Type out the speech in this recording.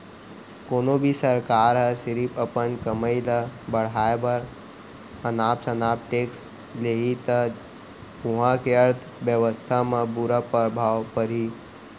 कोनो भी सरकार ह सिरिफ अपन कमई ल बड़हाए बर अनाप सनाप टेक्स लेहि त उहां के अर्थबेवस्था म बुरा परभाव परही